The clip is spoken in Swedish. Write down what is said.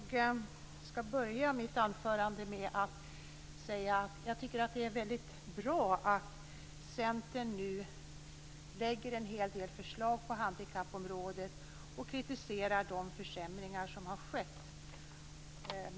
Fru talman! Jag tycker att det är bra att Centern nu lägger fram förslag på handikappområdet och kritiserar de försämringar som skett.